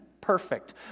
perfect